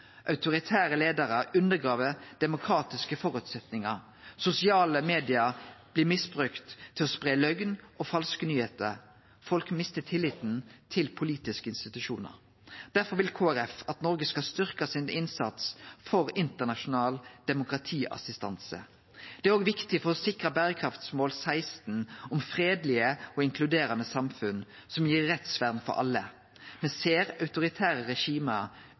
Autoritære leiarar undergrev føresetnadene for demokratiet, sosiale medium blir misbrukte til å spreie løgn og falske nyheiter, og folk mister tilliten til politiske institusjonar. Derfor vil Kristeleg Folkeparti at Noreg skal styrkje sin innsats for internasjonal demokratiassistanse. Det er òg viktig for å sikre berekraftsmål 16 om «fredelige og inkluderende samfunn» som gir «rettsvern for alle». Me ser at autoritære